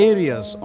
Areas